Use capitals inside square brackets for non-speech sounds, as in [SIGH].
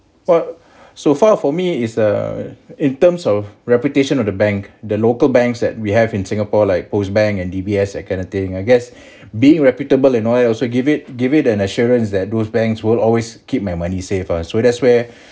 what [BREATH] so far for me is uh in terms of reputation of the bank the local banks that we have in singapore like POS bank and D_B_S that kind of thing I guess [BREATH] being reputable and all so give it give it an assurance that those banks will always keep my money safe ah so that's where